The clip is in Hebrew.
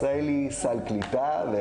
כמי שעמד בראש משרד העלייה והקליטה אתה יודע